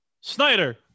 Snyder